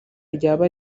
ryaba